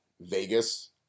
Vegas